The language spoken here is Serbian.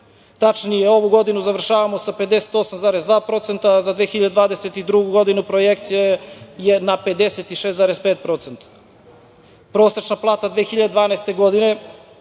Tačnije, ovu godinu završavamo sa 58,2%, a za 2022. godinu projekcija je na 56,5%.Prosečna plata 2012. godine